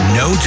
no